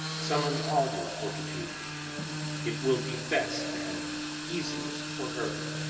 summon all your fortitude it will be best and easiest for her.